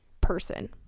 person